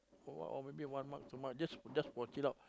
or what or maybe one mug two mug just just for chill out